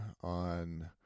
on